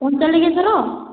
Panchalingeswar